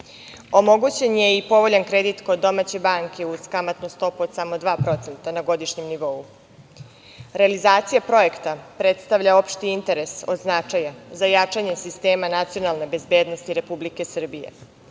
Omogućen je i povoljan kredit kod domaće banke uz kamatnu stopu od samo 2% na godišnjem nivou. Realizacija projekta predstavlja opšti interes od značaja za jačanje sistema nacionalne bezbednosti Republike Srbije,